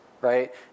right